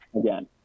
Again